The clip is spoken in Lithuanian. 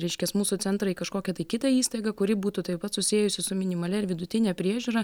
reiškias mūsų centrą į kažkokią tai kitą įstaigą kuri būtų taip pat susijusi su minimalia ir vidutinė priežiūra